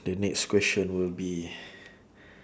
the next question will be